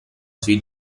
sui